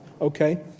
okay